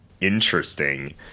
interesting